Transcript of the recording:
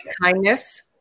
kindness